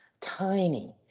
Tiny